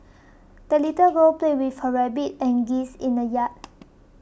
the little girl played with her rabbit and geese in the yard